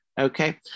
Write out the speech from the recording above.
Okay